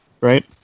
right